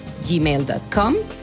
gmail.com